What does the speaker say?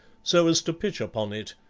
so as to pitch upon it,